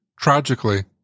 Tragically